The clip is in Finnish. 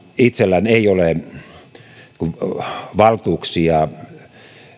itsellään ei ole valtuuksia